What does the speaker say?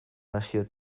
nazio